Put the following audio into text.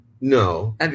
No